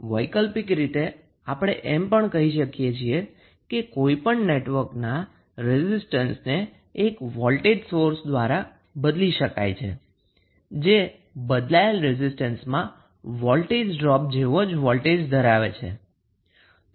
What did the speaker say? તો વૈકલ્પિક રીતે આપણે એમ પણ કહી શકીએ કે કોઈપણ નેટવર્કના રેઝિસ્ટન્સને એક વોલ્ટેજ સોર્સ દ્વારા બદલી શકાય છે જે બદલાયેલ રેઝિસ્ટન્સમાં વોલ્ટેજ ડ્રોપ જેવો જ વોલ્ટેજ ધરાવે છે